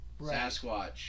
sasquatch